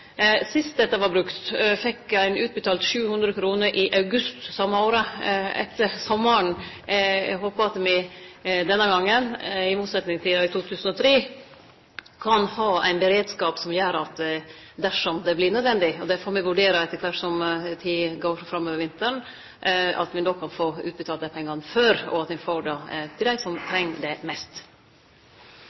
Sist dette vart brukt, fekk ein utbetalt 700 kr i august same året – etter sommaren. Eg håper at me denne gongen, i motsetnad til i 2003, kan ha ein beredskap som gjer at dersom det vert nødvendig – og det får me vurdere etter kvart som tida går framover vinteren – kan ein få utbetalt pengane før, til dei som treng det mest.